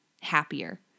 happier